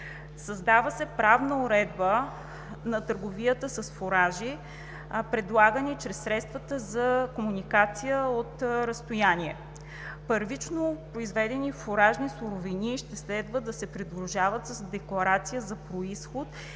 Създава се правна уредба на търговията с фуражи, предлагани чрез средствата за комуникация от разстояние. Първично произведени фуражни суровини ще следва да се придружават от декларация за произход